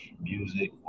Music